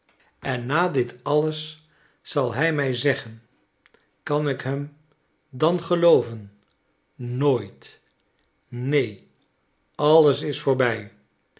en na dit alles zal hij mij zeggen kan ik hem dan gelooven nooit neen alles is voorbij